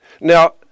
Now